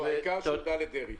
העיקר שהוא הודה לדרעי.